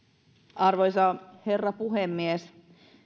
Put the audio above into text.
arvoisa herra puhemies